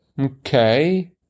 Okay